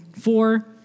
four